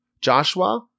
Joshua